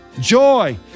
joy